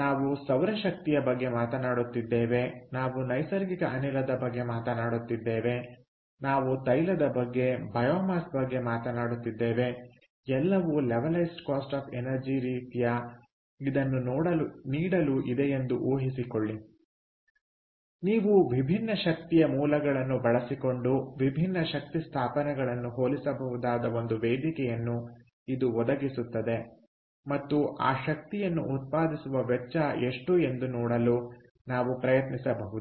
ನಾವು ಸೌರ ಶಕ್ತಿಯ ಬಗ್ಗೆ ಮಾತನಾಡುತ್ತಿದ್ದೇವೆ ನಾವು ನೈಸರ್ಗಿಕ ಅನಿಲದ ಬಗ್ಗೆ ಮಾತನಾಡುತ್ತಿದ್ದೇವೆ ನಾವು ತೈಲದ ಬಗ್ಗೆ ಬಯೋಮಾಸ್ ಬಗ್ಗೆ ಮಾತನಾಡುತ್ತಿದ್ದೇವೆ ಎಲ್ಲವೂ ಲೆವಲೈಸ್ಡ್ ಕಾಸ್ಟ್ ಆಫ್ ಎನರ್ಜಿ ರೀತಿಯ ಇದನ್ನು ನೀಡಲು ಇದೆಯೆಂದು ಊಹಿಸಿಕೊಳ್ಳಿ ನೀವು ವಿಭಿನ್ನ ಶಕ್ತಿಯ ಮೂಲಗಳನ್ನು ಬಳಸಿಕೊಂಡು ವಿಭಿನ್ನ ಶಕ್ತಿ ಸ್ಥಾಪನೆಗಳನ್ನು ಹೋಲಿಸಬಹುದಾದ ಒಂದು ವೇದಿಕೆಯನ್ನು ಇದು ಒದಗಿಸುತ್ತದೆ ಮತ್ತು ಆ ಶಕ್ತಿಯನ್ನು ಉತ್ಪಾದಿಸುವ ವೆಚ್ಚ ಎಷ್ಟು ಎಂದು ನೋಡಲು ನಾವು ಪ್ರಯತ್ನಿಸಬಹುದು